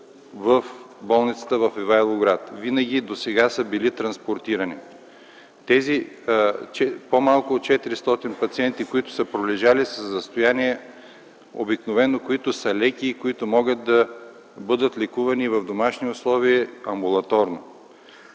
в болницата в Ивайловград. Винаги досега хората са били транспортирани. Тези по-малко от 400 пациенти, които са пролежали, обикновено са в състояния, които обикновено са леки и които могат да бъдат лекувани в домашни условия, амбулаторно.